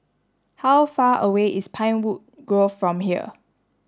how far away is Pinewood Grove from here